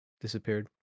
disappeared